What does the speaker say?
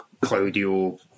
Claudio